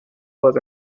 was